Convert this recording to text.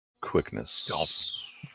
Quickness